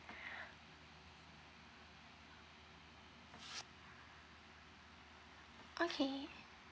okay